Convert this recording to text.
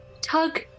tug